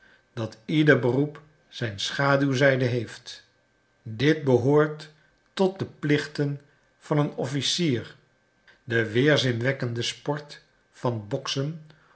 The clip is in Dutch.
dat ieder beroep zijn schaduwzijde heeft dit behoort tot de plichten van een officier de weerzinwekkende sport van boxen